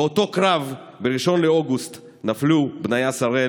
באותו קרב ב-1 לאוגוסט נפלו בניה שראל